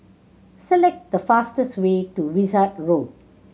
select the fastest way to Wishart Road